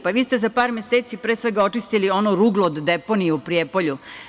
Pa, vi ste za par meseci, pre svega, očistili ono ruglo od deponije u Prijepolju.